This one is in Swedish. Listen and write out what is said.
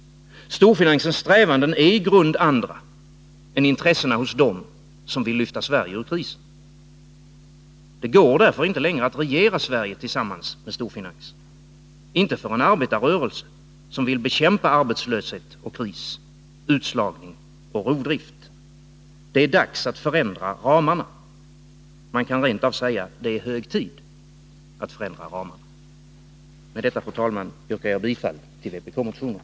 Storfinansens strävanden är i grund andra än intressena hos dem som vill lyfta Sverige ur krisen. Det går därför inte längre att regera Sverige tillsammans med storfinansen — inte för en arbetarrörelse som vill bekämpa arbetslöshet och kris, utslagning och rovdrift. Det är dags att förändra ramarna. Man kan rent av säga att det är hög tid att förändra dem. Med detta, herr talman, yrkar jag bifall till vpk-motionen.